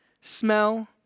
smell